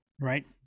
Right